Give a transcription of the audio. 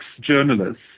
journalists